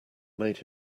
made